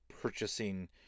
purchasing